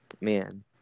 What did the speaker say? man